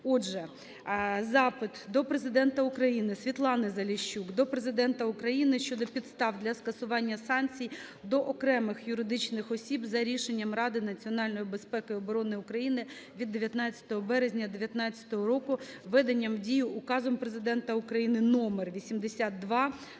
Отже, запит до Президента України. Світлани Заліщук до Президента України щодо підстав для скасування санкцій до окремих юридичних осіб за Рішенням Ради національної безпеки і оборони України від 19 березня 19-го року, введеним в дію Указом Президента України №